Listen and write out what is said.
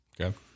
Okay